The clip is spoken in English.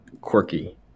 Quirky